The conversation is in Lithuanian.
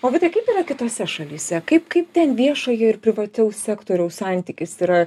o vitai kaip yra kitose šalyse kaip kaip ten viešojo ir privataus sektoriaus santykis yra